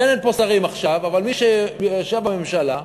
אין פה שרים עכשיו אבל מי שישב בממשלה יודע.